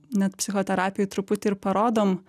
net psichoterapijoj truputį ir parodom